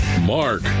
Mark